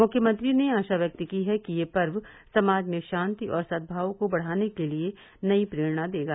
मुख्यमंत्री ने आशा व्यक्त की है कि यह पर्व समाज में शान्ति और सद्भाव को बढ़ाने के लिये नयी प्रेरणा देगा